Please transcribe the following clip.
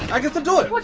agatha doyle? what's